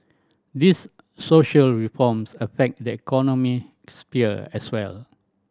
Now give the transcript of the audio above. these social reforms affect the economic sphere as well